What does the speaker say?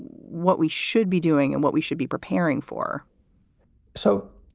what we should be doing and what we should be preparing for so.